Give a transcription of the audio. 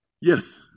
Yes